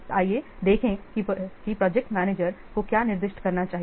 तो आइए देखें कि प्रोजेक्ट मैनेजर को क्या निर्दिष्ट करना चाहिए